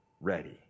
ready